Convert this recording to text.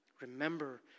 Remember